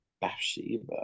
Bathsheba